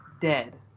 dead